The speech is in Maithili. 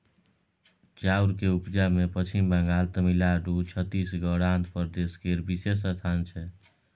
चाउर के उपजा मे पच्छिम बंगाल, तमिलनाडु, छत्तीसगढ़, आंध्र प्रदेश केर विशेष स्थान छै